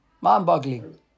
Mind-boggling